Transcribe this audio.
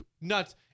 nuts